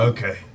Okay